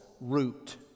root